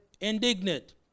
indignant